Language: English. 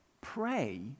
Pray